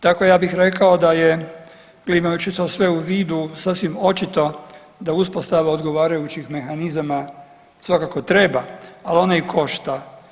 Tako ja bih rekao da je imajući sve to u vidu sasvim očito da uspostava odgovarajućih mehanizama svakako treba, ali ona i košta.